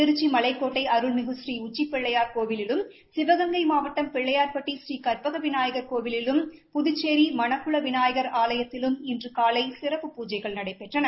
திருச்சி மலைக்கோட்டை அருள்மிகு பூரீ உச்சிப் பிள்ளையார் கோவிலிலும் சிவகங்கை மாவட்டம் பிள்ளையார்பட்டி ஸ்ரீ கற்பகவிநாயகர் கோவிலிலும் புதச்சேரி மணக்குளவிநாயகர் ஆலயத்திலும் இன்று னலை சிறப்பு பூஜைகள் நடைபெற்றன